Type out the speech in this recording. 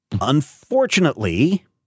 Unfortunately